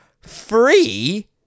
free